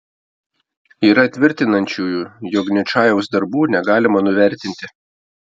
yra tvirtinančiųjų jog ničajaus darbų negalima nuvertinti